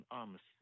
arms